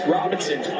Robinson